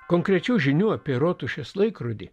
konkrečių žinių apie rotušės laikrodį